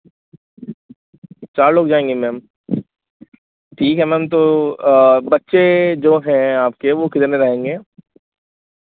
चार लोग जाएंगे मैम ठीक है मैम तो बच्चे जो हैं आपके वो कितने रहेंगे